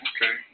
Okay